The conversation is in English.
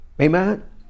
Amen